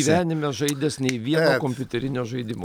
gyvenime žaidęs nei vieno kompiuterinio žaidimo